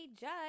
judge